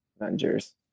Avengers